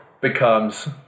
becomes